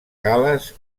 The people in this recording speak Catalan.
gal·les